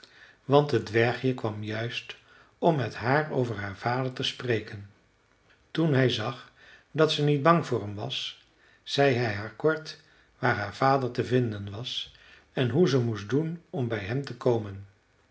want het dwergje kwam juist om met haar over haar vader te spreken toen hij zag dat ze niet bang voor hem was zei hij haar kort waar haar vader te vinden was en hoe ze moest doen om bij hem te komen